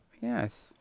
Yes